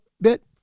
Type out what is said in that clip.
bit